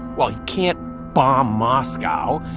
well, he can't bomb moscow.